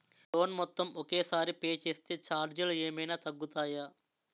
Loan మొత్తం ఒకే సారి పే చేస్తే ఛార్జీలు ఏమైనా తగ్గుతాయా?